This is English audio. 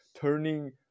turning